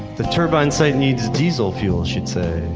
the turbine site needs diesel fuel, she'd say,